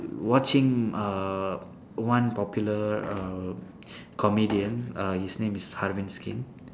watching uh one popular uh comedian uh his name is harvinth skin